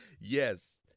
Yes